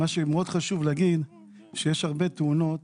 מאוד חשוב להגיד שיש הרבה תאונות